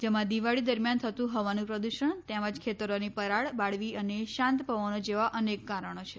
જેમાં દિવાળી દરમિયાન થતું હવાનું પ્રદૂષણ તેમજ ખેતરોની પરાળ બાળવી અને શાંત પવનો જેવા અનેક કારણો છે